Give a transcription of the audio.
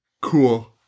cool